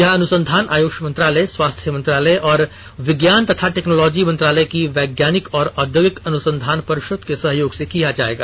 यह अनुसंधान आयुष मंत्रालय स्वास्थ्य मंत्रालय और विज्ञान तथा टेक्नोलॉजी मंत्रालय की वैज्ञानिक और और्घोगिक अनुसंधान परिषद के सहयोग से किया जाएगा